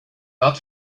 not